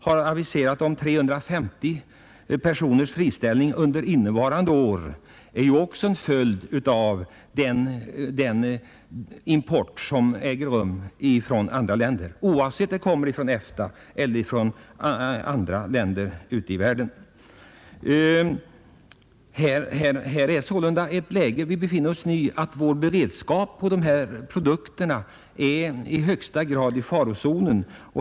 Den friställning av 350 arbetare under innevarande år som ett företag i Borås har aviserat är också en följd av importen från andra länder, oavsett om den kommer från EFTA-länderna eller från andra håll i världen. Vår beredskap vad gäller sådana produkter är sålunda i högsta grad i farozonen.